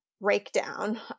breakdown